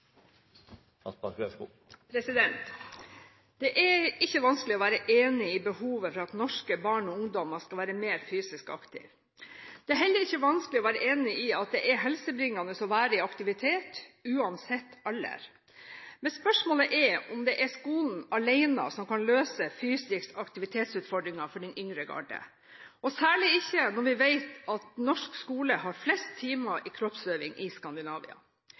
ikke vanskelig å være enig i at det er behov for at norske barn og ungdommer skal være mer fysisk aktive. Det er heller ikke vanskelig å være enig i at det er helsebringende å være i aktivitet, uansett alder. Men spørsmålet er om det er skolen alene som kan løse den fysiske aktivitetsutfordringen for den yngre garde, særlig når vi vet at norsk skole har flest timer i kroppsøving i Skandinavia.